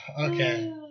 Okay